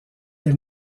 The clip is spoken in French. elle